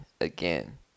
again